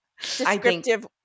descriptive